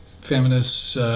feminists